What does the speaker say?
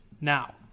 now